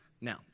Now